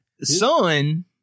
Son